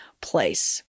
place